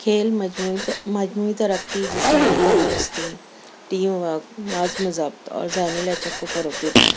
کھیل مجموعی مجموعی ترقی جسمانی تندرستی ٹیم ورک نظم و ضبط اور ذہنی لچک کو فروغ دیتا ہے